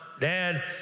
Dad